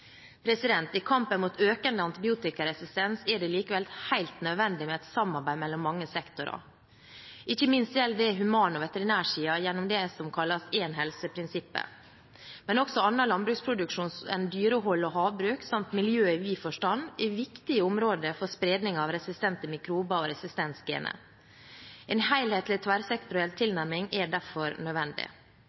I kampen mot økende antibiotikaresistens er det likevel helt nødvendig med et samarbeid mellom mange sektorer. Ikke minst gjelder det human- og veterinærsiden gjennom det som kalles «Én helse-prinsippet». Men også annen landbruksproduksjon enn dyrehold og havbruk samt miljøet i vid forstand er viktige områder for spredning av resistente mikrober og resistensgener. En helhetlig, tverrsektoriell tilnærming er derfor nødvendig.